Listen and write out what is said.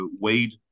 weed